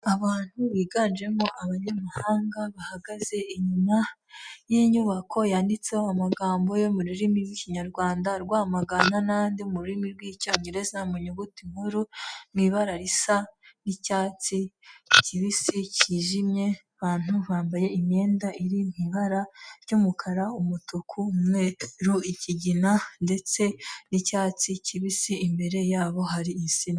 Abantu biganjemo abanyamahanga bahagaze inyuma y'inyubako yanditseho amagambo yo mu rurimi rw'Ikinyarwanda Rwamagana, n'andi mu rurimi rw'Icyongereza mu nyuguti nkuru mu ibara risa n'icyatsi kibisi cyijimye, abantu bambaye imyenda iri mu ibara ry'umukara, umutuku, umweru, ikigina ndetse n'icyatsi kibisi ,imbere yabo hari insina.